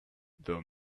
the